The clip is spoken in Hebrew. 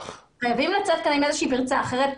חייבים לצאת מכאן עם איזושהי גרסה אחרת.